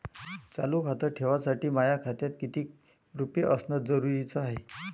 खातं चालू ठेवासाठी माया खात्यात कितीक रुपये असनं जरुरीच हाय?